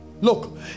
Look